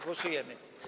Głosujemy.